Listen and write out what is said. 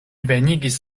venigis